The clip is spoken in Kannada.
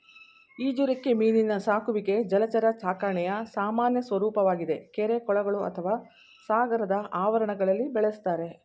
ಈಜುರೆಕ್ಕೆ ಮೀನಿನ ಸಾಕುವಿಕೆ ಜಲಚರ ಸಾಕಣೆಯ ಸಾಮಾನ್ಯ ಸ್ವರೂಪವಾಗಿದೆ ಕೆರೆ ಕೊಳಗಳು ಅಥವಾ ಸಾಗರದ ಆವರಣಗಳಲ್ಲಿ ಬೆಳೆಸ್ತಾರೆ